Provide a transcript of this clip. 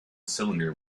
cylinder